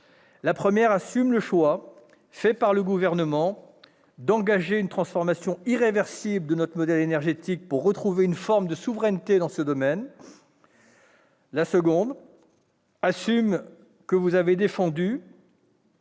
La première assume le choix fait par le Gouvernement d'engager une transformation irréversible de notre modèle énergétique pour retrouver une forme de souveraineté dans ce domaine. La seconde, que vous avez défendue,